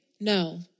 No